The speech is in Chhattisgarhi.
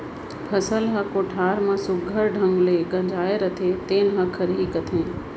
फसल ह कोठार म सुग्घर ढंग ले गंजाय रथे तेने ल खरही कथें